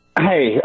Hey